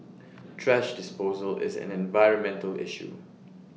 thrash disposal is an environmental issue